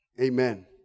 Amen